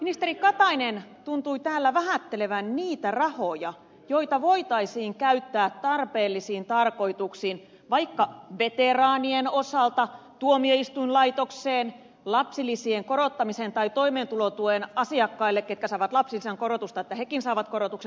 ministeri katainen tuntui täällä vähättelevän niitä rahoja joita voitaisiin käyttää tarpeellisiin tarkoituksiin vaikka veteraanien osalta tuomioistuinlaitokseen lapsilisien korottamiseen tai niille toimeentulotuen asiakkaille jotka saavat lapsilisän korotusta että hekin saavat korotuksen